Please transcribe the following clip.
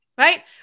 Right